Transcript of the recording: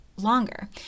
longer